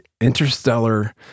interstellar